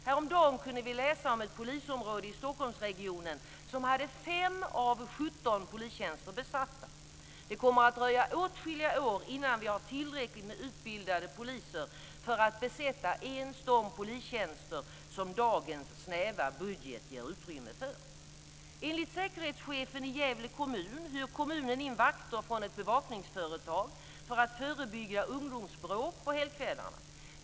Häromdagen kunde vi läsa om ett polisområde i Stockholmsregionen som hade fem av sjutton polistjänster besatta. Det kommer att dröja åtskilliga år innan vi har tillräckligt med utbildade poliser för att besätta ens de polistjänster som dagens snäva budget ger utrymme för. Enligt säkerhetschefen i Gävle kommun hyr kommunen in vakter från ett privat bevakningsföretag för att förebygga ungdomsbråk på helgkvällarna.